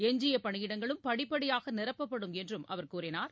எஞ்சிய பணியிடங்களும் படிப்படியாக நிரப்பப்படும் என்று அவர் கூறினார்